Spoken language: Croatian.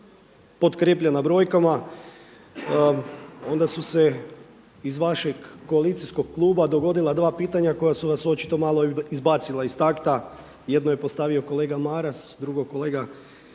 potkrijepljena brojkama onda su se iz vašeg koalicijskog kluba dogodila dva pitanja koja su vas očito malo izbacila iz takta. Jedno je postavio kolega Maras, drugo kolega